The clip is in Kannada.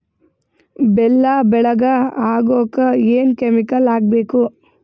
ಬೆಲ್ಲ ಬೆಳಗ ಆಗೋಕ ಏನ್ ಕೆಮಿಕಲ್ ಹಾಕ್ಬೇಕು?